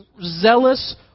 zealous